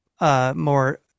more